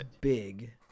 big